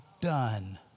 done